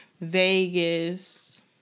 Vegas